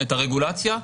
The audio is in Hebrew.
מנהל אגף אסטרטגיה,